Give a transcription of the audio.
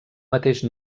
mateix